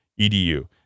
edu